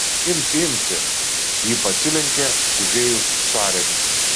imsi imsi ji pasilenkė užėjus sąrėmiui